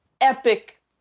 epic